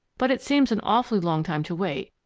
but it seems an awfully long time to wait,